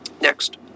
Next